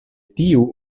tiu